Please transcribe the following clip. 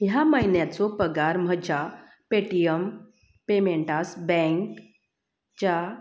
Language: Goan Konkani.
ह्या म्हयन्याचो पगार म्हज्या पेटीएम पेमेंट्स बँक च्या